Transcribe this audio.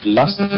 last